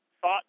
thought